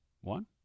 One